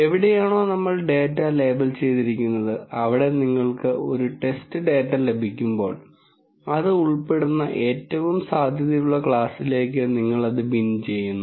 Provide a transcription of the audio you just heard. എവിടെയാണോ നമ്മൾ data label ചെയ്തിരിക്കുന്നത് അവിടെ നിങ്ങൾക്ക് ഒരു ടെസ്റ്റ് ഡാറ്റ ലഭിക്കുമ്പോൾ അത് ഉൾപ്പെടുന്ന ഏറ്റവും സാധ്യതയുള്ള ക്ലാസിലേക്ക് നിങ്ങൾ അത് ബിൻ ചെയ്യുന്നു